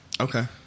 Okay